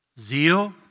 Zeal